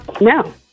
No